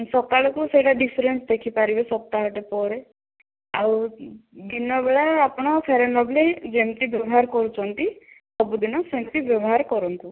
ସକାଳକୁ ସେଇଟା ଡିଫରେନ୍ସ ଦେଖିପାରିବେ ସପ୍ତାହଟେ ପରେ ଆଉ ଦିନବେଳା ଆପଣ ଫ୍ୟାର ଆଣ୍ଡ ଲଭଲି ଯେମିତି ବ୍ୟବହାର କରୁଛନ୍ତି ସବୁଦିନ ସେମିତି ବ୍ୟବହାର କରନ୍ତୁ